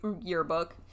yearbook